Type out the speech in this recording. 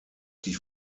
die